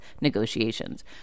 negotiations